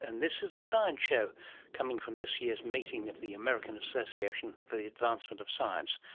and this is the science show coming from this year's meeting of the american association for the advancement of science,